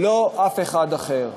לא אף אחד אחר.